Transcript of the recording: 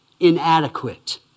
Inadequate